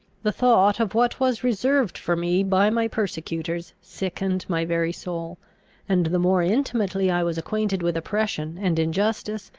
the thought of what was reserved for me by my persecutors sickened my very soul and the more intimately i was acquainted with oppression and injustice,